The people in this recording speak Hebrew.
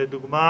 לדוגמה